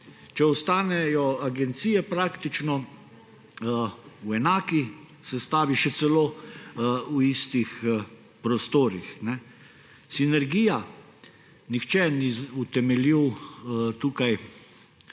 če ostanejo agencije praktično v enaki sestavi, še celo v istih prostorih? Sinergija. Nihče ni utemeljil tukaj